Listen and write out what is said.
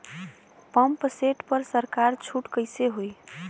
Pump set पर सरकार छूट कईसे होई?